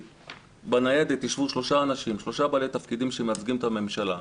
בניידת יישבו שלושה בעלי תפקידים שמייצגים את הממשלה.